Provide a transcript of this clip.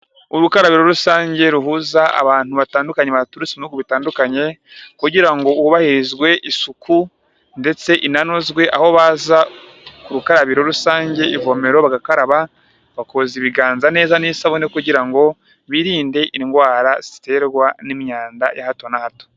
Urukarabi rusange ruhuza abantu batandukanye baturutse mu bihugu bitandukanye kugira ngo hubahirizwe isuku ndetse inanozwe, aho baza ku rukarabiro rusange, ivomero bagakaraba bakoza ibiganza neza n'isabune kugira ngo birinde indwara ziterwa n'imyanda ya hato na hato.